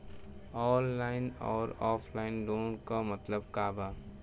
Online अउर offline loan क मतलब का बा?